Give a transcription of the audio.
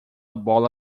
bola